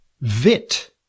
VIT